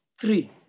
three